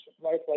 right